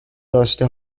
داشته